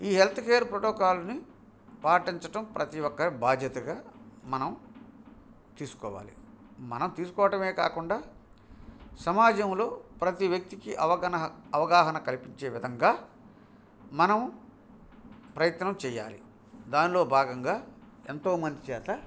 ఈ health care ప్రోటోకాల్ని పాటించటం ప్రతి ఒక్కరి బాధ్యతగా మనం తీసుకోవాలి మనం తీసుకోవటమే కాకుండా సమాజంలో ప్రతి వ్యక్తికి అవగన అవగాహనను కల్పించే విధంగా మనం ప్రయత్నం చేయాలి దానిలో భాగంగా ఎంతో మంది చేత